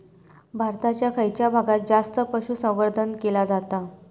भारताच्या खयच्या भागात जास्त पशुसंवर्धन केला जाता?